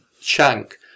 shank